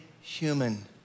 human